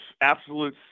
absolute